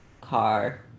car